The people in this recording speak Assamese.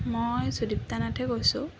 মই সুদিপ্তা নাথে কৈছোঁ